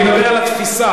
אני מדבר על התפיסה.